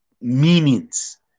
meanings